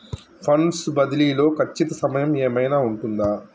Funds బదిలీ లో ఖచ్చిత సమయం ఏమైనా ఉంటుందా?